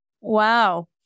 Wow